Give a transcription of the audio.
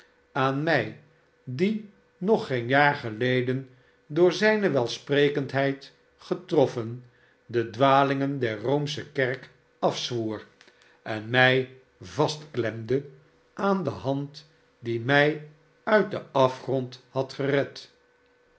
aan mij die nog geen jaar geleden door zijne welsprekendheid getroffen de dwalingen der roomsche kerk afzwoer en mij vastklemde aan de hand die mij uit den afgrond had geredf